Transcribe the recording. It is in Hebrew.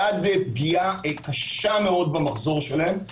עד פגיעה קשה מאוד במחזור שלהם.